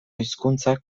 hizkuntzak